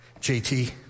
JT